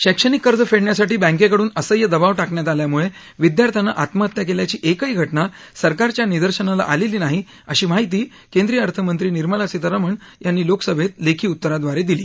शैक्षणिक कर्ज फेडण्यासाठी बँकेकडून असह्य दबाव टाकण्यात आल्यामुळे विद्यार्थ्यानं आत्महत्या केल्याची एकही घटना सरकारच्या निदर्शनाला आलेली नाही अशी माहिती केंद्रीय अर्थमंत्री निर्मला सीतारामन यांनी लोकसभेत लेखी उत्तराद्वारे दिली